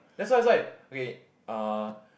that's why that's why okay uh